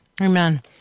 Amen